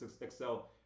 excel